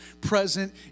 present